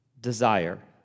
desire